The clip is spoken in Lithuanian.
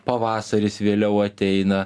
pavasaris vėliau ateina